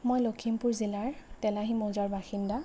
মই লখিমপুৰ জিলাৰ তেলাহি মৌজাৰ বাসিন্দা